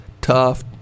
Tough